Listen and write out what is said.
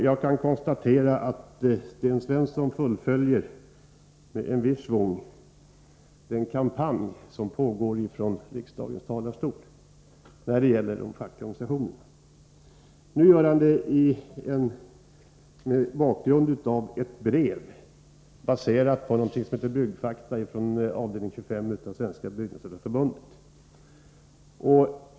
Jag kan konstatera att Sten Svensson med en viss schvung deltar i den pågående kampanjen från riksdagens talarstol mot de fackliga organisationerna. Sten Svensson gör detta med anledning av ett brev, baserat på någonting som heter Byggfakta från avdelning 25 inom Svenska byggnadsarbetareförbundet.